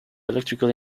electrical